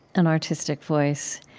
an artistic voice,